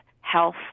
health